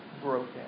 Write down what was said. broken